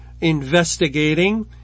investigating